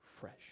fresh